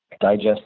digest